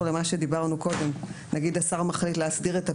למה שדיברנו עליו קודם: אם השר מחליט להסדיר את הפילאטיס,